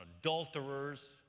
adulterers